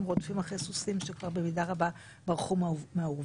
רודפים אחרי סוסים שבמידה רבה כבר ברחו מהאורווה.